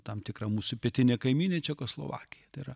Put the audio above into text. tam tikrą mūsų pietinę kaimynę čekoslovakiją tai yra